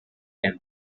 and